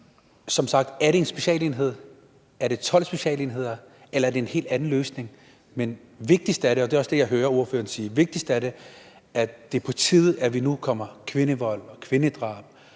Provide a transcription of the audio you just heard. Er det 1 specialenhed, er det 12 specialenheder, eller er det en helt anden løsning? Men vigtigst er det, og det er også det, jeg hører ordføreren sige, at